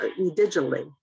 digitally